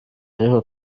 ariko